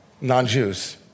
non-Jews